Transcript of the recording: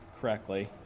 correctly